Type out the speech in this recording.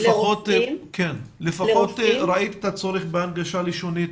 ראית את הצורך בהנגשה לשונית,